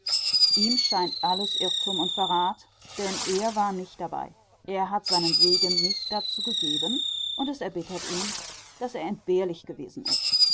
ihm scheint alles irrtum und verrat denn er war nicht dabei er hat seinen segen nicht dazu gegeben und es erbittert ihn daß er entbehrlich gewesen ist